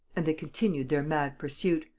and they continued their mad pursuit,